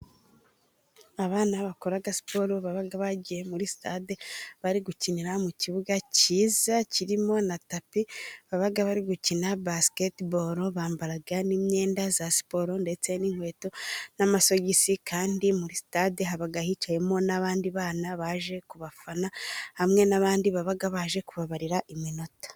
Abana bakora siporo, baba bagiye muri sitade, bari gukinira mu kibuga kiza, kirimo na tapi, baba bari gukina basiketinoro, bambara n'imyenda ya siporo, ndetse n'inkweto, n'amasogisi, kandi muri sitade haba hicayemo n'abandi bana, baje kubafana, hamwe n'abandi baba baje kubabarira iminota.